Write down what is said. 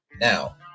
Now